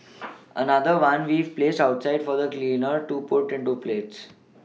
another one we've placed outside for the cleaner to put into plates